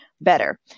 better